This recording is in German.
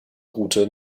route